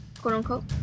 quote-unquote